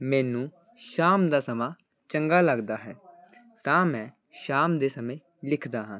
ਮੈਨੂੰ ਸ਼ਾਮ ਦਾ ਸਮਾਂ ਚੰਗਾ ਲੱਗਦਾ ਹੈ ਤਾਂ ਮੈਂ ਸ਼ਾਮ ਦੇ ਸਮੇਂ ਲਿਖਦਾ ਹਾਂ